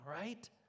right